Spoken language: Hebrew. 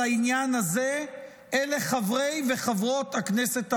העניין הזה אלה חברי וחברות הכנסת הערבים.